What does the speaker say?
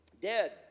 dead